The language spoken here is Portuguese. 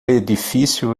edifício